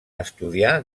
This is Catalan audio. estudiar